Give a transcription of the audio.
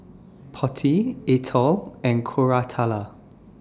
Potti Atal and Koratala